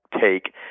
take